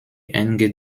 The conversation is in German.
enge